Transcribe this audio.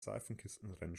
seifenkistenrennen